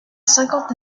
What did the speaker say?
cinquante